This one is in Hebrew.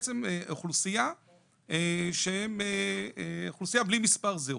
רואים בהם בעצם אוכלוסייה שהם אוכלוסייה בלי מספר זהות,